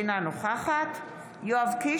אינה נוכחת יואב קיש,